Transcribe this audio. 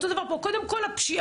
אותו דבר פה: קודם כל הפשיעה.